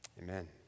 Amen